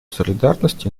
солидарность